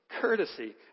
courtesy